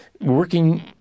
working